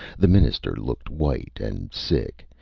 the minister looked white and sick,